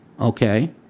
Okay